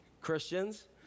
Christians